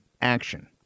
action